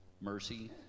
mercy